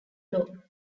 law